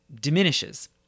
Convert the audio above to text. diminishes